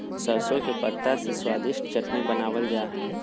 सरसों के पत्ता से स्वादिष्ट चटनी बनावल जा हइ